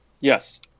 Yes